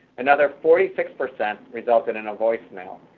another forty six percent resulted in a voice mail,